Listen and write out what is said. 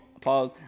pause